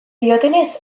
diotenez